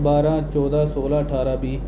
बारां चौदां सोलां ठारां बीह्